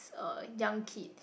uh young kid